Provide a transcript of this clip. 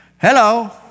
Hello